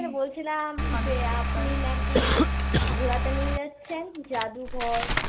sir বলছিলাম যে আপনি নাকি ঘোরাতে নিয়ে যাচ্ছেন যাদুঘর